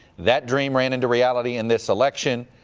that dream ran into reality in this election.